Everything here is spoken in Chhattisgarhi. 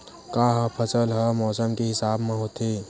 का फसल ह मौसम के हिसाब म होथे?